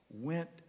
went